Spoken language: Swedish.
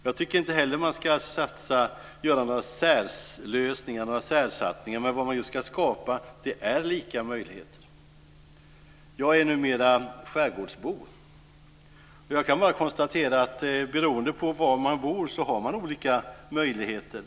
Jag tycker inte heller att det ska vara några särsatsningar eller särlösningar. Det som ska skapas är lika möjligheter. Jag är numera skärgårdsbo. Jag kan konstatera att beroende på var man bor har man olika möjligheter.